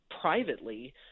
privately